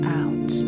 out